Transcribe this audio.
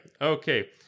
Okay